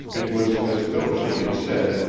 it was as though she had said,